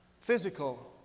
Physical